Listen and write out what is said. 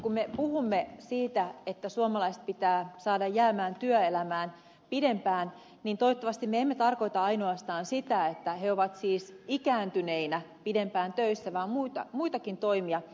kun me puhumme siitä että suomalaiset pitää saada jäämään työelämään pidempään niin toivottavasti me emme tarkoita ainoastaan sitä että he ovat siis ikääntyneinä pidempään töissä vaan muitakin toimia